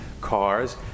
cars